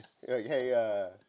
Hey